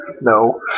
no